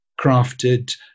crafted